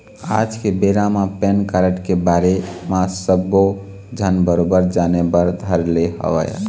आज के बेरा म पेन कारड के बारे म सब्बो झन बरोबर जाने बर धर ले हवय